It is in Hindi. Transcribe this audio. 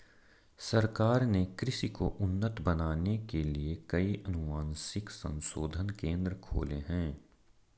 सरकार ने कृषि को उन्नत बनाने के लिए कई अनुवांशिक संशोधन केंद्र खोले हैं